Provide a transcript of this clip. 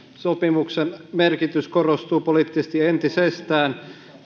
sopimuksen merkitys korostuu poliittisesti entisestään